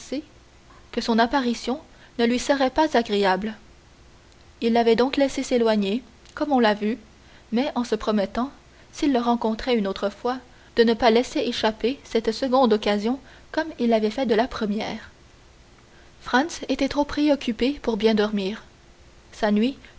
que son apparition ne lui serait pas agréable il l'avait donc laissé s'éloigner comme on l'a vu mais en se promettant s'il le rencontrait une autre fois de ne pas laisser échapper cette seconde occasion comme il avait fait de la première franz était trop préoccupé pour bien dormir sa nuit